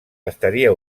estaria